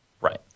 Right